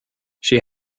she